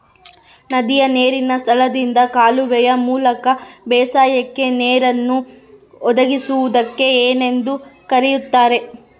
ನದಿಯ ನೇರಿನ ಸ್ಥಳದಿಂದ ಕಾಲುವೆಯ ಮೂಲಕ ಬೇಸಾಯಕ್ಕೆ ನೇರನ್ನು ಒದಗಿಸುವುದಕ್ಕೆ ಏನೆಂದು ಕರೆಯುತ್ತಾರೆ?